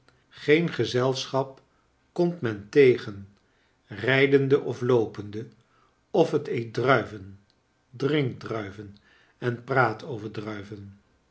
geen gezelschap komt men tegen rijdende of loopende of het eet druiven drinkt druiven en praat over druiven